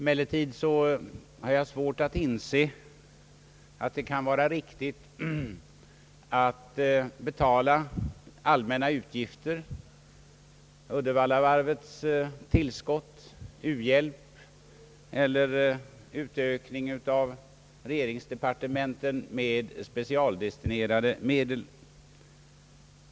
Men jag har svårt att inse att det kan vara riktigt att betala allmänna utgifter — Uddevallavarvets tillskott, u-hjälp eller utökning av regeringsdepartementen — med specialdestinerade medel.